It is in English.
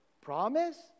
Promise